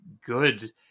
good